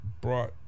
Brought